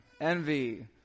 envy